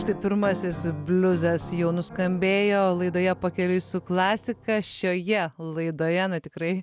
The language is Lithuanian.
štai pirmasis bliuzas jau nuskambėjo laidoje pakeliui su klasika šioje laidoje na tikrai